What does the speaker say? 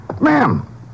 Ma'am